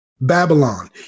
Babylon